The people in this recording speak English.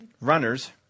Runners